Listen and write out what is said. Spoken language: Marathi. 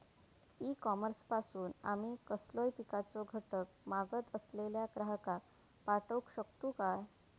ई कॉमर्स पासून आमी कसलोय पिकाचो घटक मागत असलेल्या ग्राहकाक पाठउक शकतू काय?